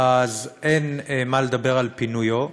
אין מה לדבר על פינויו,